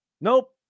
Nope